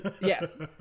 Yes